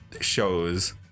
shows